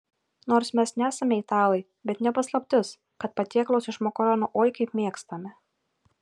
nors mes nesame italai bet ne paslaptis kad patiekalus iš makaronų oi kaip mėgstame